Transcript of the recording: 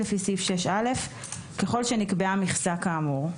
לפי סעיף 6א ככל שנקבעה מכסה כאמור.